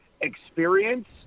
experience